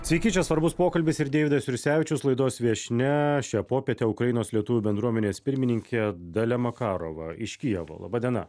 sveiki čia svarbus pokalbis ir deividas jursevičius laidos viešnia šią popietę ukrainos lietuvių bendruomenės pirmininkė dalia makarova iš kijevo laba diena